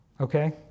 Okay